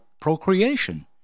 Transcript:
procreation